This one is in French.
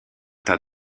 tas